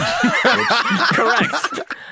Correct